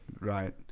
Right